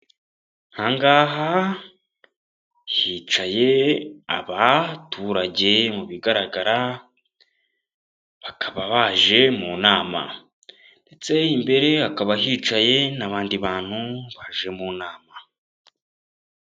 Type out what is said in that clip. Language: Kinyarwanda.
Ahangaha hicaye abaturage mu bigaragara bakaba baje mu nama ndetse imbere hakaba hicaye n'abandi bantu baje mu nama.